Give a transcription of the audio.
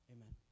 Amen